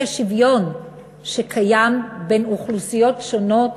האי-שוויון שקיים בין אוכלוסיות שונות